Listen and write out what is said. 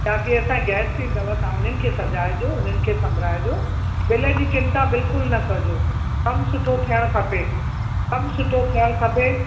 बाक़ी असां गेस्ट ईंदव तव्हां उन्हनि खे सजाइजो उन्हनि खे संभराइजो बिल जी चिंता बिल्कुलु न कजो कम सुठो थियणु खपे कमु सुठो थियणु खपे